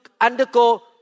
undergo